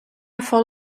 fall